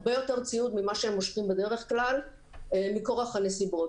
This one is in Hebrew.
הרבה יותר ציוד ממה שהם משכו בדרך כלל מכורח הנסיבות.